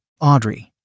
Audrey